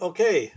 Okay